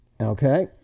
Okay